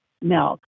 milk